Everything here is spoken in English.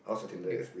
Tinder